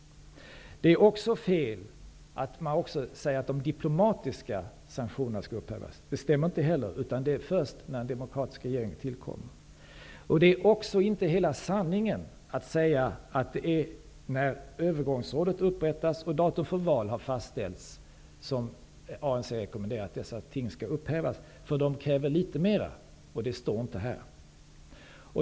Det är också fel när man säger att de diplomatiska sanktionerna skall upphävas. Det blir först när en demokratisk regering tillkommer. Det är inte heller hela sanningen att det är när övergångsrådet har upprättats och datum för val har fastställts som ANC rekommenderar att dessa sanktioner skall upphävas. De kräver litet mera, och det står inte här.